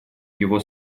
его